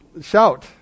shout